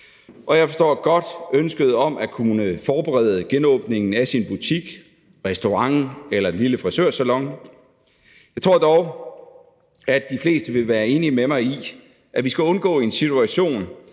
Og jeg forstår godt ønsket om at kunne forberede genåbningen af ens butik, restaurant eller lille frisørsalon. Jeg tror dog, at de fleste vil være enige med mig i, at vi skal undgå en situation,